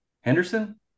Henderson